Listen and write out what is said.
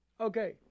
Okay